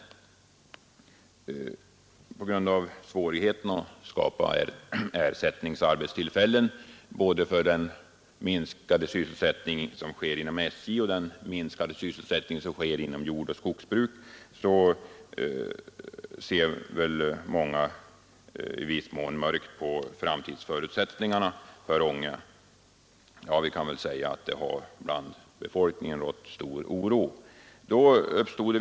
Mot bakgrunden av svårigheterna att skapa ersättningsarbeten för minskningen av sysselsättningstillfällena både inom SJ och inom jordoch skogsbruket ser många i viss mån mörkt på framtidsförutsättningarna för Ånge. Det har bland befolkningen rått stor oro.